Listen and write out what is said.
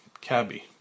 Cabby